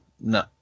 no